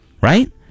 Right